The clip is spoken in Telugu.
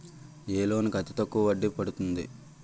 ఏ లోన్ కి అతి తక్కువ వడ్డీ పడుతుంది?